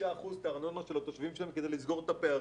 ל-5% כדי לסגור את הפערים.